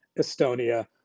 Estonia